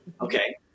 Okay